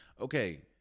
Okay